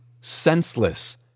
senseless